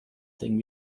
thing